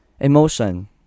Emotion